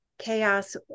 Chaos